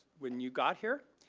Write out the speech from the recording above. when you got here,